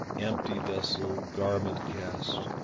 empty vessel, garment cast,